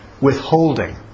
withholding